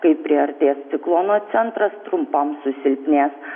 kai priartės ciklono centras trumpam susilpnės